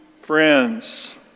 friends